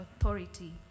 authority